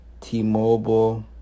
t-mobile